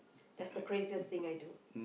that's the craziest thing I do